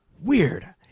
Weird